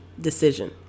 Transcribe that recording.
decision